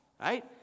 right